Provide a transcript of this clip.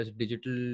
digital